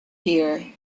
here